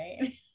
right